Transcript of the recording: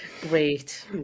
Great